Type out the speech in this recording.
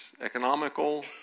Economical